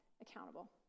accountable